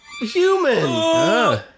human